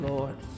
Lord